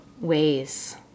ways